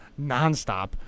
nonstop